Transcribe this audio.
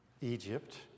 Egypt